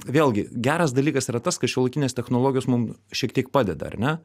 vėlgi geras dalykas yra tas kad šiuolaikinės technologijos mum šiek tiek padeda ar ne